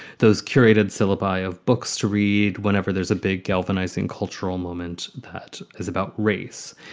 those curated syllabi of books to read whenever there's a big galvanizing cultural moment that is about race.